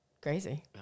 crazy